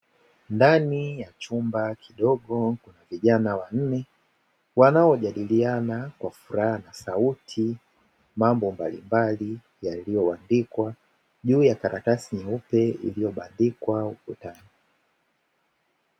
Ndani ya chumba kidogo vijana wanne wanaojadiliana kwa furaha na sauti mambo mbalimbali yaliyoandikwa juu ya karatasi nyeupe iliyobandikwa ukutani.